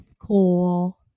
Cool